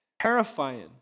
terrifying